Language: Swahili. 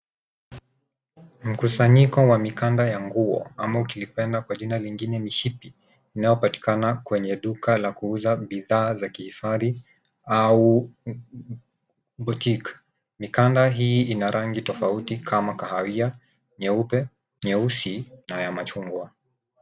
Mkusanyiko wa mikanda ya nguo ama ukilipenda kwa jina lingine mishipi inayopatikana kwenye duka la kuuza bidhaa za kihifadhi au botique . Mikanda hii ina rangi tofauti kama kahawia, nyeupe, nyeusi na ya machungwa.